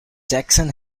jackson